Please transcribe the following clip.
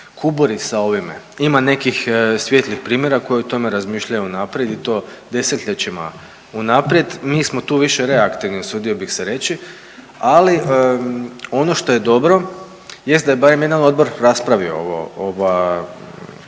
kuburi sa ovime. Ima nekih svijetlih primjera koji o tome razmišljaju unaprijed i to 10-ljećima unaprijed, mi smo tu više reaktivni usudio bih se reći, ali ono što je dobro jest da je barem jedan odbor raspravio ovo, ova